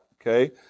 Okay